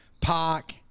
park